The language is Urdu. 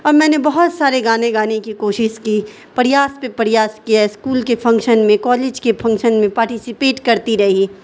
اور میں نے بہت سارے گانے گانے کی کوشش کی پریاس پہ پریاس کیا اسکول کے فنکشن میں کالج کے پھنکشن میں پارٹیسپیٹ کرتی رہی